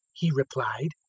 he replied,